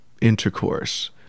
intercourse